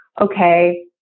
okay